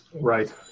Right